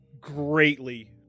greatly